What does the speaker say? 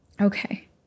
okay